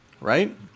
Right